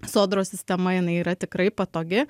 sodros sistema jinai yra tikrai patogi